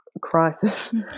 crisis